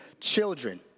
children